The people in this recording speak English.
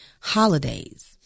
holidays